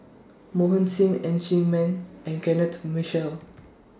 Mohan Singh Ng Chee Meng and Kenneth Mitchell